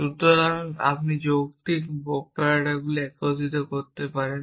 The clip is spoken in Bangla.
সুতরাং আপনি যৌক্তিক অপারেটরগুলিকে একত্রিত করতে পারেন